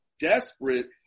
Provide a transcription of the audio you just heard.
desperate